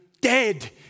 dead